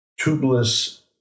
tubeless